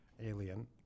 alien